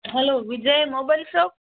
hello Vijay mobile shop